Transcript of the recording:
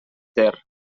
ter